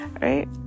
right